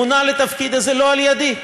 מונה לתפקיד הזה לא על ידי,